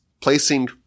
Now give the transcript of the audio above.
placing